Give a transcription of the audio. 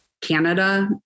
Canada